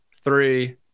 three